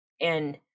and-